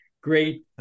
great